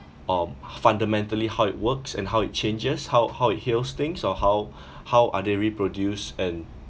um fundamentally how it works and how it changes how how it heals things or how how are they reproduce and